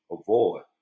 avoid